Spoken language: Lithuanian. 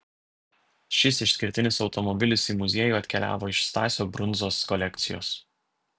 šis išskirtinis automobilis į muziejų atkeliavo iš stasio brundzos kolekcijos